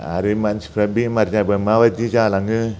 आरो मानसिफ्रा बेमार जाबा माबादि जालाङो